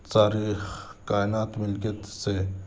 ساری کائنات مِل کے تجھ سے